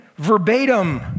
verbatim